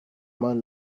man